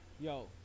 yo